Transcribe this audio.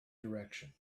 direction